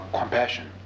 compassion